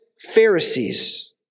Pharisees